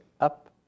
up